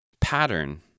Pattern